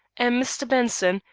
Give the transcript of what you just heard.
and mr. benson,